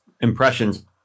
impressions